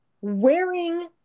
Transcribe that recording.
wearing